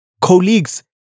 colleagues